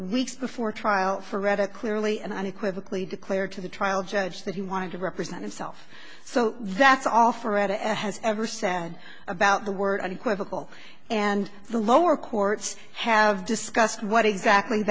weeks before trial for read it clearly and unequivocally declared to the trial judge that he wanted to represent himself so that's all for and has ever said about the word unequivocal and the lower courts have discussed what exactly